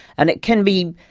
and it can be,